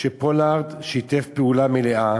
שפולארד שיתף פעולה, שיתוף פעולה מלא,